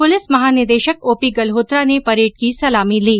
police महानिदेशक OP Galhotra ने parade की सलामी ली